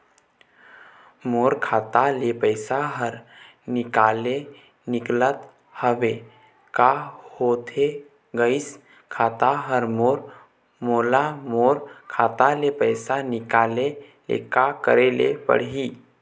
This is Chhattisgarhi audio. मोर खाता ले पैसा हर निकाले निकलत हवे, का होथे गइस खाता हर मोर, मोला मोर खाता ले पैसा निकाले ले का करे ले पड़ही?